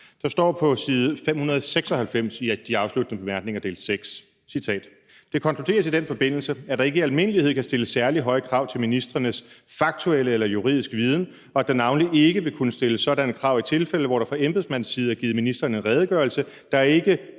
Der står på side 596 i de afsluttende bemærkninger, del 6, og